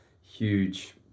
huge